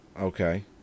Okay